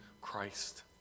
Christ